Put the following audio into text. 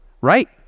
Right